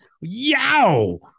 yow